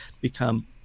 become